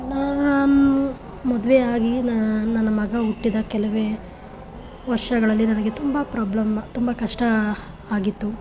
ನಾನು ಮದುವೆಯಾಗಿ ನಾ ನನ್ನ ಮಗ ಹುಟ್ಟಿದ ಕೆಲವೇ ವರ್ಷಗಳಲ್ಲಿ ನನಗೆ ತುಂಬ ಪ್ರಾಬ್ಲಮ್ ತುಂಬ ಕಷ್ಟ ಆಗಿತ್ತು